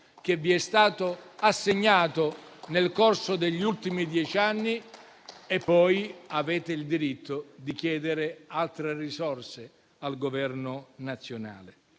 che vi è stato assegnato nel corso degli ultimi dieci anni, poi avrete il diritto di chiedere altre risorse al Governo nazionale.